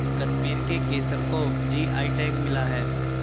कश्मीर के केसर को जी.आई टैग मिला है